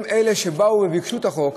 הם שבאו וביקשו את החוק,